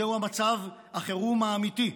זהו מצב החירום האמיתי,